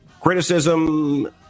criticism